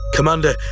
Commander